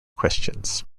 questions